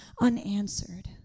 unanswered